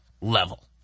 level